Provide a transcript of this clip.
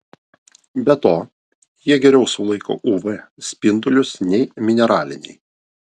be to jie geriau sulaiko uv spindulius nei mineraliniai